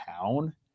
town